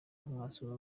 mwasura